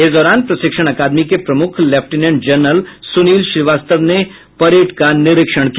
इस दौरान प्रशिक्षण अकादमी के प्रमुख लेफ्टिनेंट जनरल सुनील श्रीवास्तव ने परेड का निरीक्षण किया